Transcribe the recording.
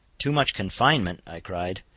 too much confinement, i cried,